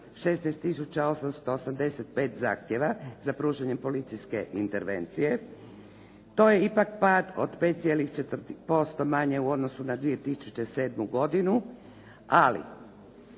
885 zahtjeva za pružanjem policijske intervencije. To je ipak pak od 5,4% manje u odnosu na 2007. godinu. Ali